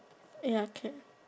ya